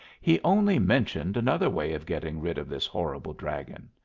he only mentioned another way of getting rid of this horrible dragon.